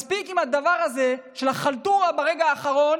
מספיק עם הדבר הזה של החלטורה ברגע האחרון